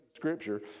Scripture